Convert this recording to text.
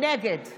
נגד